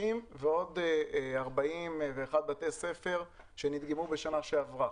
חדשים ועוד 41 בתי ספר שנדגמו בשנה שעברה,